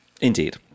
Indeed